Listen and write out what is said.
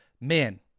man